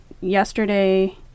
yesterday